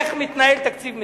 איך מתנהל תקציב מדינה.